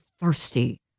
thirsty